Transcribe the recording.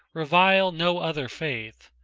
revile no other faith,